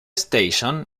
station